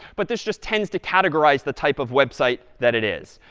but this just tends to categorize the type of website that it is.